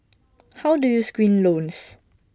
how do you screen loans